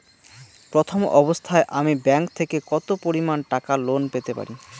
প্রথম অবস্থায় আমি ব্যাংক থেকে কত পরিমান টাকা লোন পেতে পারি?